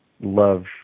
love